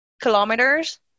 kilometers